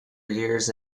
years